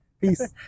Peace